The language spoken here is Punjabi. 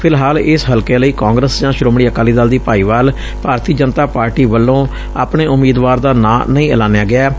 ਫਿਲਹਾਲ ਇਸ ਹਲਕੇ ਲਈ ਕਾਗਰਸ ਜਾਂ ਸ੍ਰੋਮਣੀ ਅਕਾਲੀ ਦਲ ਦੀ ਭਾਈਵਾਲ ਭਾਰਤੀ ਜਨਤਾ ਪਾਰਟੀ ਵੱਲੋਂ ਆਪਣੇ ਉਮੀਦਵਾਰ ਦਾ ਨਾਂ ਨਹੀ ਐਲਾਨਿਆ ਗੈੈ